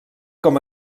com